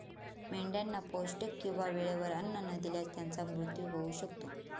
मेंढ्यांना पौष्टिक किंवा वेळेवर अन्न न दिल्यास त्यांचा मृत्यू होऊ शकतो